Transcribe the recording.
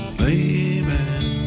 baby